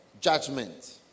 judgment